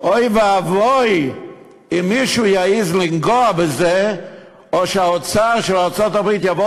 אבל הקיום של ישראל או המדיניות של ישראל